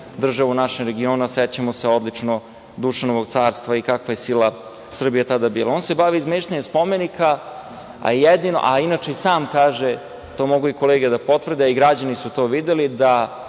država u našem regionu, a sećamo se odlično Dušanovog carstva, i kakva je sila Srbija tada bila. Dakle, on se bavi izmeštanjem spomenika, a inače, i sam kaže, to mogu i kolege da potvrde, a i građani su to videli da